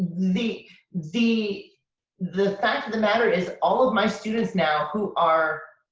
the the the fact of the matter is, all of my students now who are